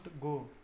go